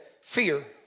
fear